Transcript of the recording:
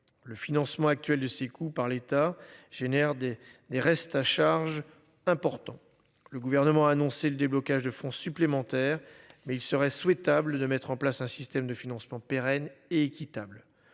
Le financement actuel de ces coûts par l'État génère des des restes à charge importants. Le gouvernement a annoncé le déblocage de fonds supplémentaires mais il serait souhaitable de mettre en place un système de financement pérenne et équitable,